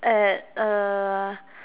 uh uh